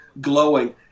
glowing